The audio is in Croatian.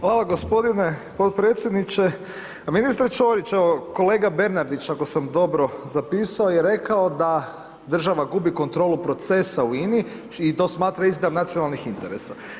Hvala gospodine podpredsjedniče, ministre Ćorić, evo kolega Bernardić ako sam dobro zapisao je rekao da država gubi kontrolu procesa u INI i to smatra izdajom nacionalnih interesa.